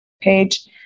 page